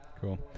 cool